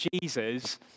Jesus